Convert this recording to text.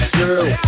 girl